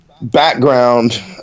Background